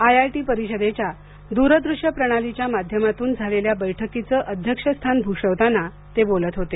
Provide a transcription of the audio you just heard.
IIT परिषदेच्या दूरदृश्य प्रणालीच्या माध्यमातून झालेल्या बैठकीचं अध्यक्षस्थान भूषवताना ते बोलत होते